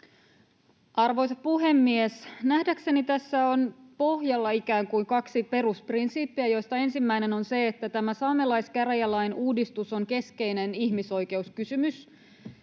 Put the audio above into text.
Arvoisa puhemies! Nähdäkseni tässä on pohjalla ikään kuin kaksi perusprinsiippiä, joista ensimmäinen on se, että saamelaiskäräjälain uudistus on keskeinen ihmisoikeuskysymys.